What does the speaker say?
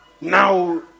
Now